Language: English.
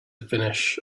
finish